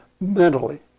mentally